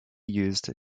used